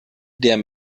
der